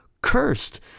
Cursed